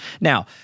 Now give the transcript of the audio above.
Now